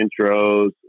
intros